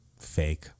fake